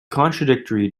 contradictory